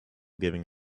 giving